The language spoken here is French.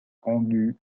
rendue